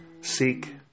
seek